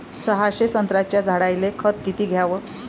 सहाशे संत्र्याच्या झाडायले खत किती घ्याव?